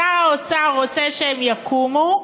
שר האוצר רוצה שהם יקומו,